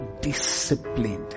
disciplined